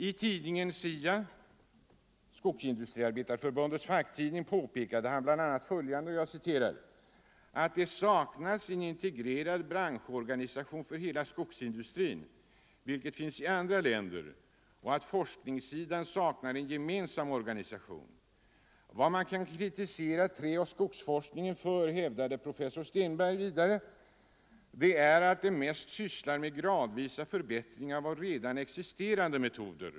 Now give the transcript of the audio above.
I tidningen SIA, Skogsindustriarbetareförbundets facktidning, påpekade han bl.a. att det saknas en integrerad branschorganisation för hela skogsindustrin, vilket finns i andra länder, och att forskningssidan saknar en gemensam organisation. Vad man kan kritisera träoch skogsforskningen för, hävdade professor Stenberg vidare, är att den mest sysslar med grad 121 visa förbättringar av redan existerande metoder.